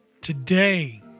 Today